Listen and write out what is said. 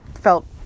felt